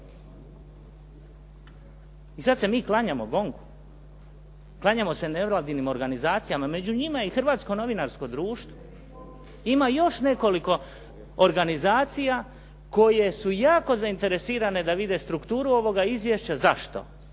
I sad se mi klanjamo GONG-u, klanjamo se nevladinim organizacijama. Među njima je i Hrvatsko novinarsko društvo. Ima još nekoliko organizacija koje su jako zainteresirane da vide strukturu ovoga izvješća. Zašto?